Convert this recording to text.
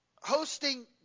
hosting